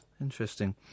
Interesting